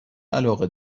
علاقه